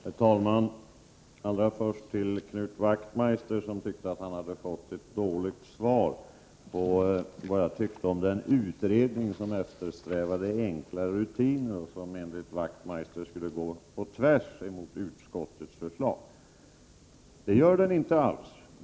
Herr talman! Allra först några ord till Knut Wachtmeister, som tyckte att han hade fått ett dåligt svar på frågan vad jag ansåg om den utredning som eftersträvade enkla rutiner och vars förslag, enligt herr Wachtmeister, skulle vara tvärtemot utskottets. Så är det inte alls!